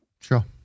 Sure